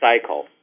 cycle